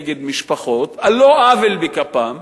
נגד משפחות,